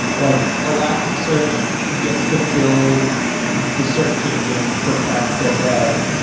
like elasticsearch gets to build the search engine for practical dev.